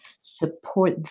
support